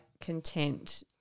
content